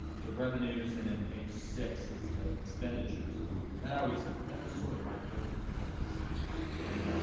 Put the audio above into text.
the revenues and in page six is the expenditures that always that was sort of my go to place and.